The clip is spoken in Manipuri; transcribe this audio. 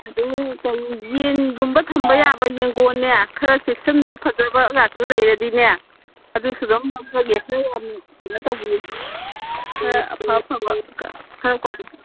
ꯑꯗꯨ ꯀꯔꯤ ꯌꯦꯟꯒꯨꯝꯕ ꯊꯝꯕ ꯌꯥꯕ ꯌꯦꯡꯒꯣꯟꯅꯦ ꯈꯔ ꯆꯦꯛꯁꯟꯕ ꯐꯖꯕꯒꯥꯗꯣ ꯂꯩꯔꯗꯤꯅꯦ ꯑꯗꯨꯁꯨ ꯑꯗꯨꯝ ꯂꯧꯖꯒꯦ ꯈꯔ ꯌꯥꯝ ꯀꯩꯅꯣ ꯇꯧꯕꯤꯌꯨ ꯈꯔ ꯑꯐ ꯑꯐꯕ ꯈꯔ ꯀ꯭ꯋꯥꯂꯤꯇꯤ ꯐꯕ